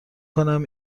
کنم